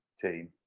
team